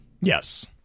Yes